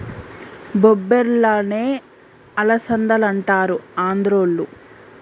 బొబ్బర్లనే అలసందలంటారు ఆంద్రోళ్ళు